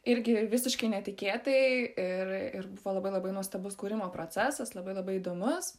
irgi visiškai netikėtai ir ir buvo labai labai nuostabus kūrimo procesas labai labai įdomus